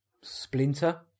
Splinter